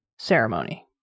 ceremony